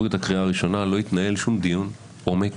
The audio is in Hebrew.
את הקריאה הראשונה ולא התנהל שום דיון עומק